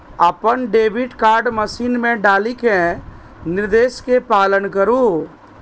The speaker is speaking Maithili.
अपन डेबिट कार्ड मशीन मे डालि कें निर्देश के पालन करु